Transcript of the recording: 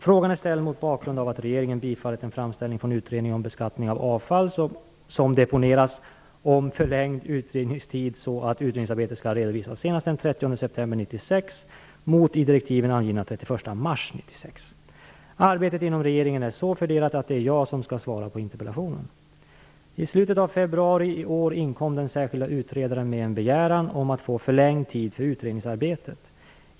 Frågan är ställd mot bakgrund av att regeringen bifallit en framställning från Utredningen om beskattning av avfall som deponeras om förlängd utredningstid så att utredningsarbetet skall redovisas senast den 30 september 1996 mot i direktiven angivna den 31 mars 1996. Arbetet inom regeringen är så fördelat att det är jag som skall svara på interpellationen. I slutet av februari i år inkom den särskilde utredaren med en begäran om att få förlängd tid för utredningsarbetet.